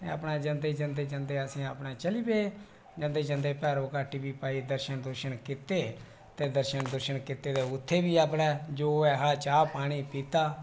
ते अपने जंदे जंदे असें अपने चली पे जंदे जंदे भैरो घाटी बी भाई दर्शन कीते ते दर्शन कीते ते उत्थै बी अपने जो ऐ हा चाह् पानी पीता